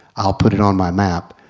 i'll put it on my map.